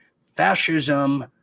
fascism